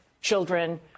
children